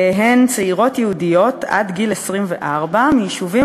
הן צעירות יהודיות עד גיל 24 מיישובים